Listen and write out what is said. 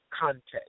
context